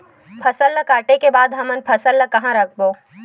फसल ला काटे के बाद हमन फसल ल कहां रखबो?